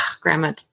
grandma